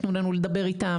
תנו לנו לדבר איתם.